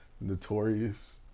Notorious